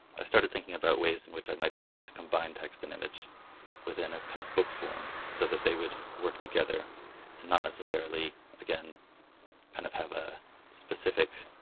i started thinking about ways in which i might be able to combine text and image within a kind of book form so that they would work together and not necessarily again kind of have have a specific